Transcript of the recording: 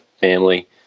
family